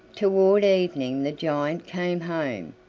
toward evening the giant came home.